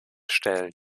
stellen